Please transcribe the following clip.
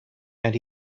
and